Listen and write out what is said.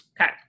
Okay